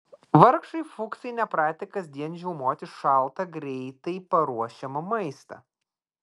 vargšai fuksai nepratę kasdien žiaumoti šaltą greitai paruošiamą maistą